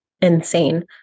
insane